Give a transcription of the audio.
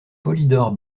polydore